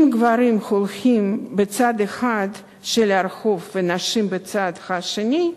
אם גברים הולכים בצד אחד של הרחוב ונשים בצד השני,